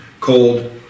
cold